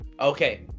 okay